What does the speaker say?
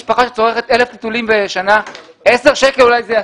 משפחה שצורכת 1,000 חיתולים בשנה, 10 שקלים.